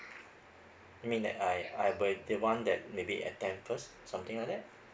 I mean that I I'll be the one that maybe attempt first something like that